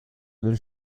will